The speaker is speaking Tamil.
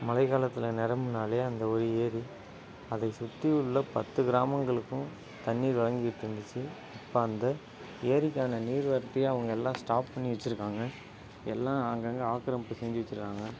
மழைக்காலத்தில் நிரம்பினாலே அந்த ஒரு ஏரி அதை சுற்றியுள்ள பத்து கிராமங்களுக்கும் தண்ணீர் வழங்கிட்டு இருந்துச்சு இப்போ அந்த ஏரிக்கான நீர் வரத்தையும் அவங்க எல்லாம் ஸ்டாப் பண்ணி வச்சிருக்காங்க எல்லாம் அங்கங்க ஆக்கிரமிப்பு செஞ்சு வச்சிருக்காங்க